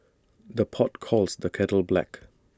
the pot calls the kettle black